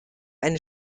eine